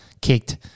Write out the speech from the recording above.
Kicked